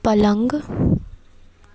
पलंग